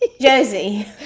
josie